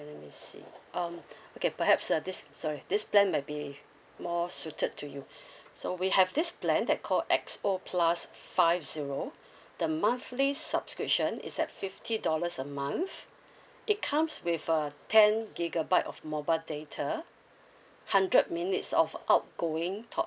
me see mm okay perhaps uh this sorry this plan might be more suited to you so we have this plan that called X_O plus five zero the monthly subscription is at fifty dollars a month it comes with a ten gigabyte of mobile data hundred minutes of outgoing talk